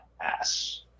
ass